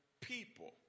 people